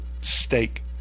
stake